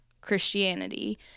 Christianity